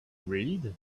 read